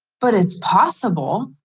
but it's possible.